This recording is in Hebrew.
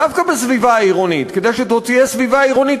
דווקא בסביבה העירונית,